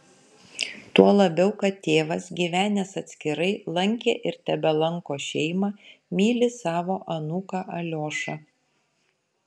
tuo labiau kad tėvas gyvenęs atskirai lankė ir tebelanko šeimą myli savo anūką aliošą